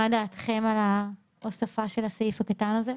מה דעתכם על ההוספה של הסעיף הקטן הזה?